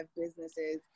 businesses